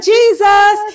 Jesus